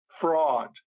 fraud